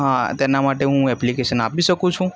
હા તેના માટે હું એપ્લિકેશન આપી શકું છું